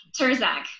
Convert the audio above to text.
Turzak